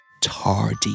tardy